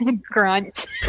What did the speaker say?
Grunt